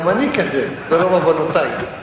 גם אני כזה ברוב עוונותי.